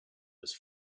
was